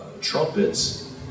trumpets